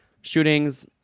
shootings